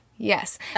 Yes